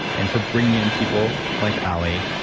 and for bringing in people like ally.